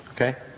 Okay